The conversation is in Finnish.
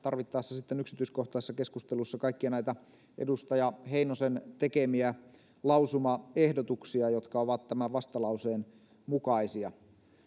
tarvittaessa sitten yksityiskohtaisessa keskustelussa kaikkia näitä edustaja heinosen tekemiä lausumaehdotuksia jotka ovat tämän vastalauseen mukaisia